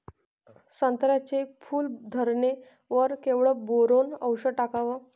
संत्र्याच्या फूल धरणे वर केवढं बोरोंन औषध टाकावं?